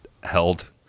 held